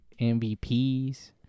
MVPs